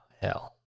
hell